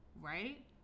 right